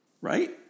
right